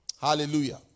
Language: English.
Hallelujah